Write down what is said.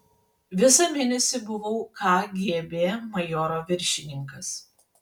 visą mėnesį buvau kgb majoro viršininkas